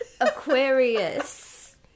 Aquarius